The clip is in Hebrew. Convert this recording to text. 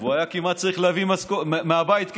והוא היה כמעט צריך להביא מהבית כסף.